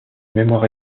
mémoire